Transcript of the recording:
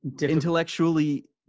intellectually